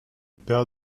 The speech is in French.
paire